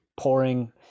pouring